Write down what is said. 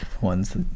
ones